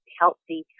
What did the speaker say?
healthy